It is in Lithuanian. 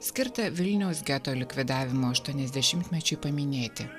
skirtą vilniaus geto likvidavimo aštuoniasdešimtmečiui paminėti